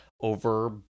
over